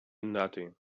nothing